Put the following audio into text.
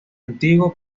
antiguo